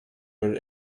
were